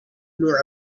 nor